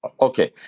Okay